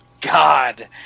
God